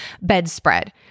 bedspread